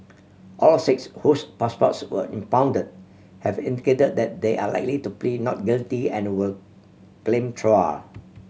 all six whose passports were impounded have indicated that they are likely to plead not guilty and will claim trial